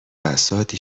بساطی